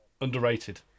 Underrated